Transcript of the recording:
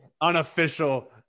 unofficial